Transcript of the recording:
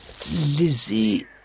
Lizzie